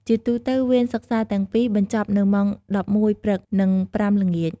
ជាទូទៅវេនសិក្សាទាំងពីរ បញ្ចប់នៅម៉ោង ១១ព្រឹក និង ៥ ល្ងាច។